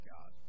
God